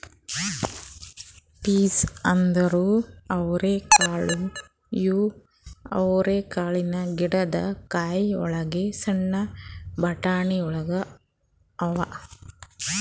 piece ಅಂದುರ್ ಅವರೆಕಾಳು ಇವು ಅವರೆಕಾಳಿನ ಗಿಡದ್ ಕಾಯಿ ಒಳಗ್ ಸಣ್ಣ ಬಟಾಣಿಗೊಳ್ ಅವಾ